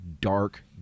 dark